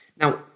Now